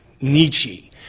Nietzsche